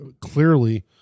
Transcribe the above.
clearly